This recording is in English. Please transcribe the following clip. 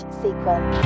sequence